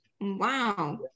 Wow